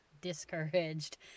discouraged